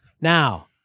now